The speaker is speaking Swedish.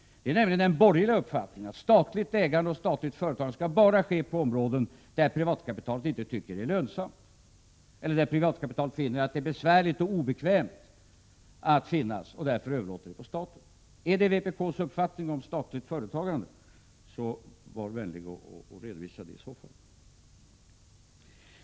Det är nämligen den borgerliga uppfattningen att statligt ägande och statligt företagande bara skall ske på områden där privatkapitalet inte tycker att det är lönsamt eller där privatkapitalet finner det besvärligt och obekvämt och därför överlåter ägandet på staten. Är det vpk:s uppfattning om statligt företagande, var i så falt vänlig och redovisa det.